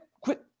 quit